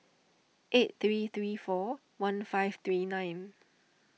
eight three three four one five three nine